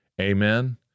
Amen